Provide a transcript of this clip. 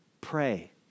Pray